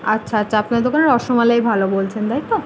আচ্ছা আচ্ছা আপনাদের দোকানে রসমালাই ভালো বলছেন তাই তো